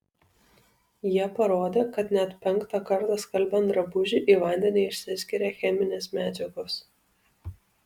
jie parodė kad net penktą kartą skalbiant drabužį į vandenį išsiskiria cheminės medžiagos